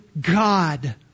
God